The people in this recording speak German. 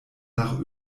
nach